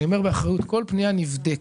אני אומר באחריות, כל פנייה נבדקת.